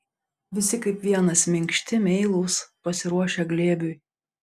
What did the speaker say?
visi kaip vienas minkšti meilūs pasiruošę glėbiui